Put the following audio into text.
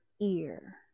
ear